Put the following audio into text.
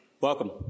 Welcome